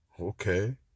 Okay